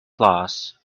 loss